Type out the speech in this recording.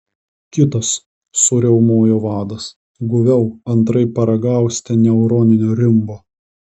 kitas suriaumojo vadas guviau antraip paragausite neuroninio rimbo